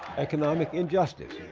economic injustice,